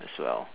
as well